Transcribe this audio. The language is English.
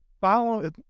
Follow